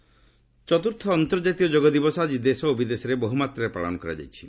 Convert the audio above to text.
ଯୋଗ ଚତ୍ରର୍ଥ ଅନ୍ତର୍କାତୀୟ ଯୋଗ ଦିବସ ଆଜି ଦେଶ ଓ ବିଦେଶରେ ବହ୍ର ମାତ୍ରାରେ ପାଳନ କରାଯାଇଛି